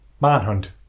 Manhunt